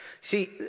See